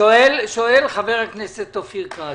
שואל חבר הכנסת כץ,